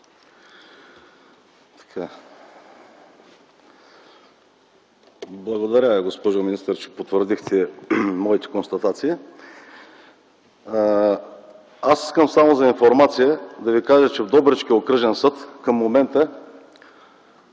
Благодаря, госпожо министър, че потвърдихте моите констатации. Искам само за информация да Ви кажа, че в Добричкия окръжен съд към момента